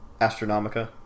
Astronomica